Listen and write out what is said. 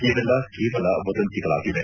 ಇವೆಲ್ಲಾ ಕೇವಲ ವದಂತಿಗಳಾಗಿವೆ